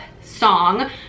song